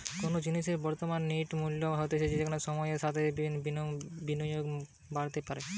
কোনো জিনিসের বর্তমান নেট মূল্য হতিছে যেটা সময়ের সাথেও বিনিয়োগে বাড়তে পারে